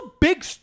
big